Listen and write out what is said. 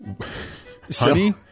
Honey